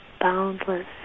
boundless